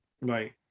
Right